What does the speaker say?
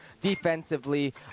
defensively